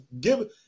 give